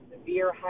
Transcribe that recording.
severe